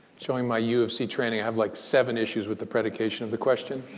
showing my ufc training, i have like seven issues with the predication of the question.